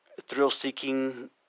thrill-seeking